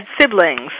siblings